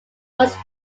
was